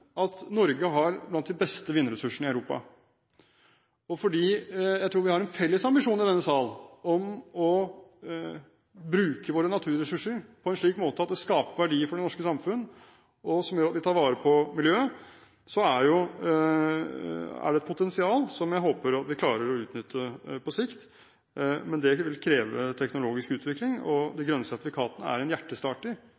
at Norge har blant de beste vindressursene i Europa. Jeg tror vi har en felles ambisjon i denne salen om å bruke våre naturressurser på en slik måte at det skaper verdier for det norske samfunn, og som gjør at vi tar vare på miljøet. Så det er et potensial som jeg håper vi klarer å utnytte på sikt, men det vil kreve teknologisk utvikling.